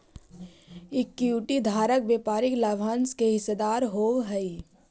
equity धारक व्यापारिक लाभांश के हिस्सेदार होवऽ हइ